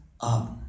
up